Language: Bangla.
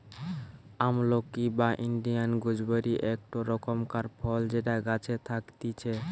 আমলকি বা ইন্ডিয়ান গুজবেরি একটো রকমকার ফল যেটা গাছে থাকতিছে